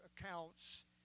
accounts